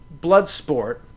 Bloodsport